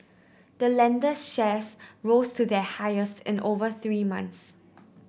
the lender's shares rose to their highest in over three months